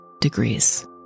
degrees